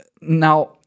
Now